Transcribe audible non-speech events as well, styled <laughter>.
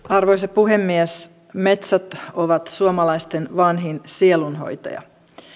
<unintelligible> arvoisa puhemies metsät ovat suomalaisten vanhin sielunhoitaja